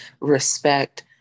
respect